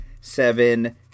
seven